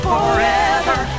Forever